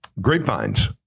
grapevines